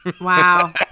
Wow